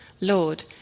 Lord